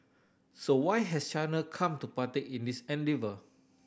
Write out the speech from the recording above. so why has China come to partake in this endeavour